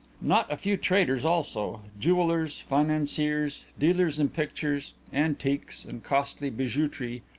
not a few traders also jewellers, financiers, dealers in pictures, antiques and costly bijouterie,